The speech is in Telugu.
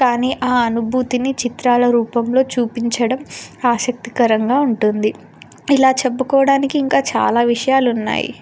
కానీ ఆ అనుభూతిని చిత్రాల రూపంలో చూపించడం ఆసక్తికరంగా ఉంటుంది ఇలా చెప్పుకోవడానికి ఇంకా చాలా విషయాలున్నాయి